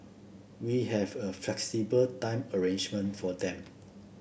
we have a flexible time arrangement for them